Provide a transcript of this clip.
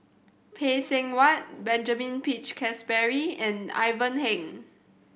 Phay Seng Whatt Benjamin Peach Keasberry and Ivan Heng